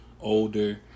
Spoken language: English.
older